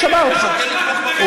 אני רוצה לשאול אותו שאלה, כדי להבין.